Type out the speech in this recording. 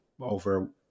over